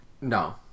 No